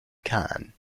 can